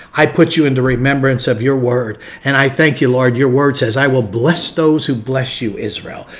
i put you into remembrance of your word and i thank you, lord your word says, i will bless those who bless you israel.